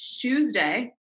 Tuesday